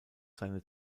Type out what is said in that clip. seine